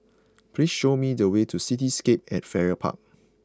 please show me the way to Cityscape at Farrer Park